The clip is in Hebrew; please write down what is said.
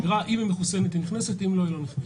אם היא מחוסנת נכנסת; אם לא מחוסנת לא נכנסת.